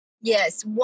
Yes